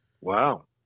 Wow